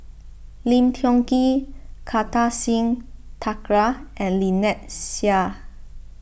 Lim Tiong Ghee Kartar Singh Thakral and Lynnette Seah